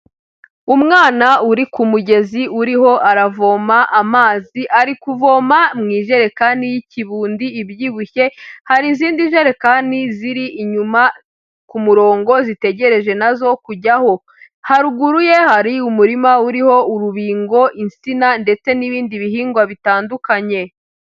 Umwana uri ku mugezi uriho aravoma amazi ari kuvoma mu ijerekani y'ikibundi, ibyibushye, hari izindi jerekani ziri inyuma ku murongo zitegereje nazo kujyaho, haruguru ye hari umurima uriho urubingo, insina ndetse n'ibindi bihingwa bitandukanye.